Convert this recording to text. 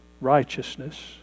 righteousness